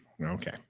Okay